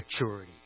maturity